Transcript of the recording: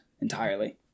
entirely